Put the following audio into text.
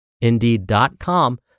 indeed.com